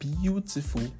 beautiful